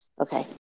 Okay